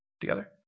together